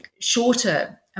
shorter